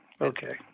Okay